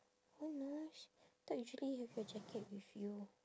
who knows thought usually you have your jacket with you